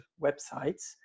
websites